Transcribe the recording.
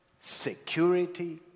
security